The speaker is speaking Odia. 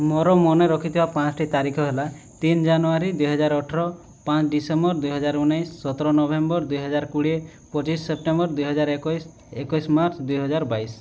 ମୋର ମନେରଖିଥିବା ପାଞ୍ଚଟି ତାରିଖ ହେଲା ତିନି ଜାନୁଆରୀ ଦୁଇହଜାର ଅଠର ପାଞ୍ଚ ଡିସେମ୍ବର ଦୁଇହଜାର ଉଣେଇଶ ସତର ନଭେମ୍ବର ଦୁଇହଜାର କୋଡ଼ିଏ ପଚିଶ ସେପ୍ଟେମ୍ବର ଦୁଇହଜାର ଏକୋଇଶ ଏକୋଇଶ ମାର୍ଚ୍ଚ ଦୁଇହଜାର ବାଇଶ